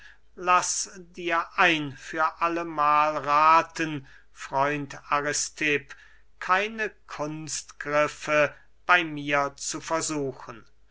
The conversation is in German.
laß dir ein für allemahl rathen freund aristipp keine kunstgriffe bey mir zu versuchen